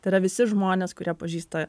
tai yra visi žmonės kurie pažįsta